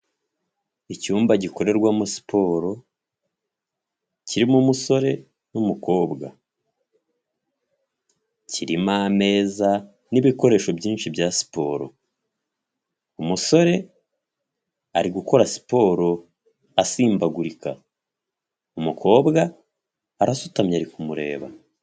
Icyumba gikorerwamo siporo kirimo umusore n'umukobwa kirimo meza n'ibikoresho byinshi bya siporo umusore ari gukora siporo asimbagurika umukobwa arasutamye ari kumureba.